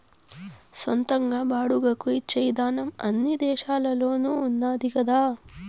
సొంతంగా బాడుగకు ఇచ్చే ఇదానం అన్ని దేశాల్లోనూ ఉన్నాది కదా